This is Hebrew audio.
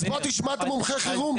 אז בוא תשמע את מומחי החירום.